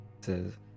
Says